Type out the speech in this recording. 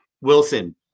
Wilson